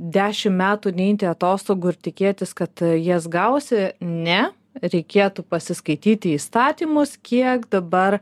dešim metų neiti atostogų ir tikėtis kad jas gausi ne reikėtų pasiskaityti įstatymus kiek dabar